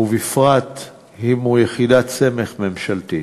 ובפרט אם הוא יחידת סמך ממשלתית.